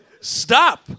Stop